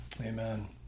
Amen